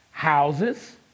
houses